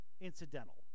incidental